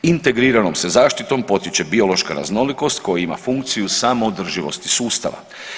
Integriranom se zaštitom potiče biološka raznolikost koji ima funkciju samoodrživosti sustava.